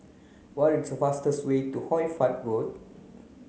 what is the fastest way to Hoy Fatt Road